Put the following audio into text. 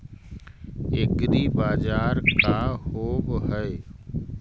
एग्रीबाजार का होव हइ?